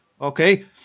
okay